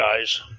guys